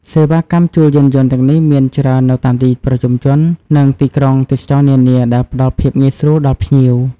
សេវាកម្មជួលយានយន្តទាំងនេះមានច្រើននៅតាមទីប្រជុំជន និងទីក្រុងទេសចរណ៍នានា ដែលផ្តល់ភាពងាយស្រួលដល់ភ្ញៀវ។